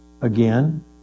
again